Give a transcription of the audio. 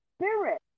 spirit